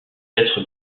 être